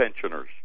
pensioners